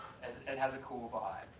as it has a cool vibe.